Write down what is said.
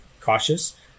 cautious